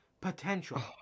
potential